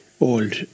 old